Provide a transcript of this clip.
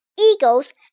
Eagles